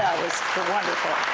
was wonderful!